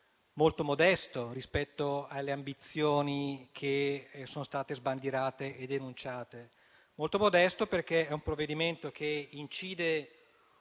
molto modesto rispetto alle ambizioni sbandierate e denunciate. È molto modesto perché è un provvedimento che incide